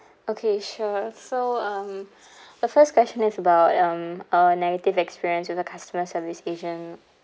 okay sure so um the first question is about um a negative experience with a customer service agent